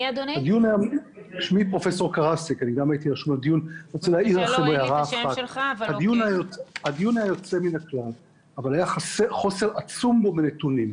הדיון היה יוצא מן הכלל והיה חוסר עצום בו בנתונים.